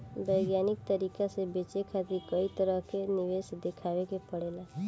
वैज्ञानिक तरीका से बचे खातिर कई तरह के निवेश देखावे के पड़ेला